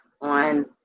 on